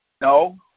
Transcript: No